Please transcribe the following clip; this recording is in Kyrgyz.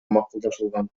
макулдашылган